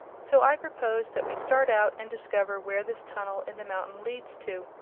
so i propose that we start out and discover where this tunnel in the mountain leads to.